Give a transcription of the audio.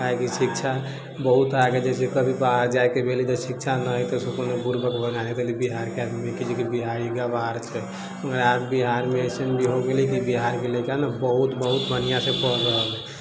काहेकि शिक्षा बहुत आगे जैसे कभी बाहर जाइके भेल शिक्षा नहि है तऽ बूरबक बिहारके आदमीके जे बिहारी गँवार छै बिहारमे एसन भी हो गेलै की बिहारके लड़िका ने बहुत बहुत बन्हियासँ पढ़ि रहल अय